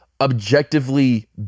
objectively